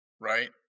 right